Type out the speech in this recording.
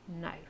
No